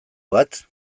bat